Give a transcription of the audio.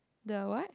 the what